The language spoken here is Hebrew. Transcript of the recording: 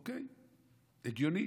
אוקיי, הגיוני.